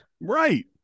Right